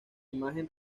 imagen